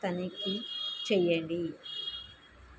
తనిఖీ చేయండి